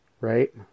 right